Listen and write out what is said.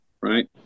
right